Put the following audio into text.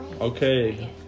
Okay